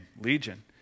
Legion